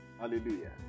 Hallelujah